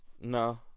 No